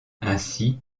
ainsi